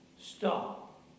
stop